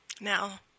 Now